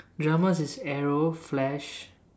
dramas is arrow flash